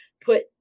put